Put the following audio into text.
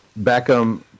Beckham